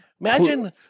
Imagine